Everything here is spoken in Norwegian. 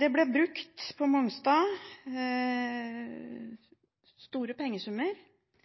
Det ble brukt store pengesummer på Mongstad, men sammenlignet med en del andre ting er det ikke så veldig store